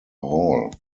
hall